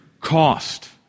cost